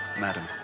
madam